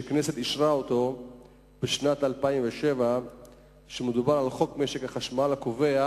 שהכנסת אישרה בשנת 2007. מדובר על חוק משק החשמל הקובע